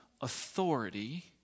authority